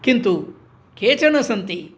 किन्तु केचन सन्ति